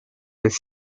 its